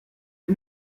les